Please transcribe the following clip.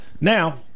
Now